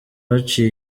haciye